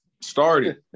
Started